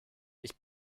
dich